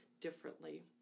differently